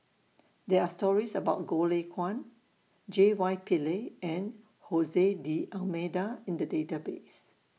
There Are stories about Goh Lay Kuan J Y Pillay and Jose D'almeida in The Database